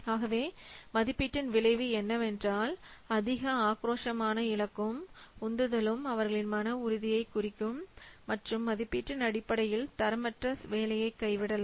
ஆகவே மதிப்பீட்டின் விளைவு என்னவென்றால் அதிக ஆக்ரோஷமான இலக்கும் உந்துதலும் அவர்களின் மன உறுதியை குலைக்கும் மற்றும் மதிப்பீட்டின் அடிப்படையில் தரமற்ற வேலையை கைவிடலாம்